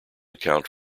account